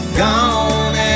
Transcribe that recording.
gone